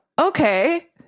okay